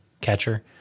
catcher